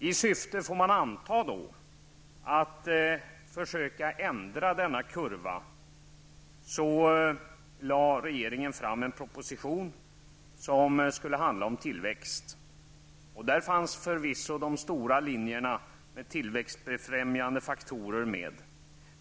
I syfte -- får man anta -- att försöka ändra denna kurva, lade regeringen fram en proposition som skulle handla om tillväxt. Där fanns förvisso de stora linjerna av tillväxtbefrämjande faktorer med.